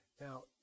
Now